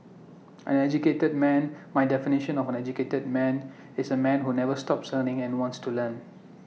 an educated man my definition of an educated man is A man who never stops learning and wants to learn